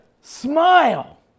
smile